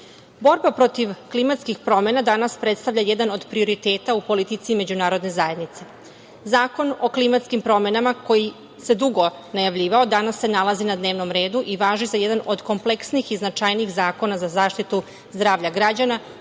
borba protiv klimatskih promena danas predstavlja jedan od prioriteta u politici međunarodne zajednice. Zakon o klimatskim promenama, koji se dugo najavljivao, danas se nalazi na dnevnom redu i važi za jedan od kompleksnijih i značajnih zakona za zaštitu zdravlja građana,